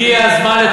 הגיע הזמן,